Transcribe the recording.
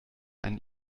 ein